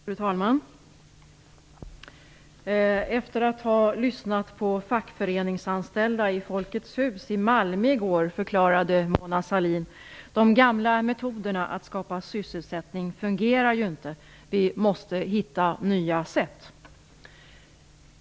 Fru talman! Efter att ha lyssnat på fackföreningsanställda i Folkets hus i Malmö i går förklarade Mona Sahlin: De gamla metoderna att skapa sysselsättning fungerar inte, vi måste hitta nya sätt.